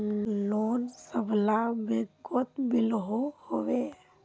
Loan सबला बैंकोत मिलोहो होबे?